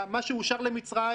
מה שאושר למצרים,